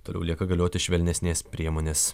toliau lieka galioti švelnesnės priemonės